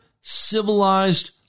civilized